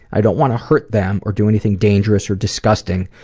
i don't want to hurt them or do anything dangerous or disgusting,